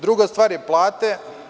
Druga stvar je plate.